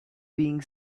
being